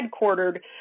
headquartered